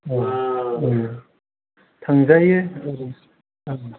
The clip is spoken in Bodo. औ औ थांजायो औ जागोन